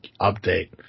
update